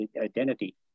identity